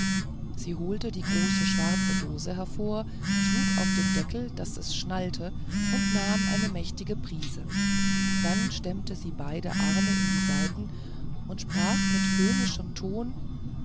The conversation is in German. sie holte die große schwarze dose hervor schlug auf den deckel daß es schallte und nahm eine mächtige prise dann stemmte sie beide arme in die seite und sprach mit höhnischem ton